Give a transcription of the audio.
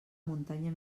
muntanya